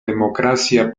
democracia